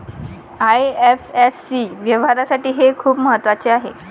IFSC व्यवहारासाठी हे खूप महत्वाचे आहे